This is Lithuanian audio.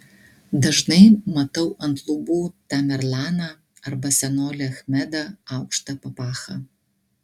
dažnai matau ant lubų tamerlaną arba senolį achmedą aukšta papacha